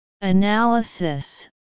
Analysis